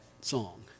song